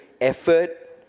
effort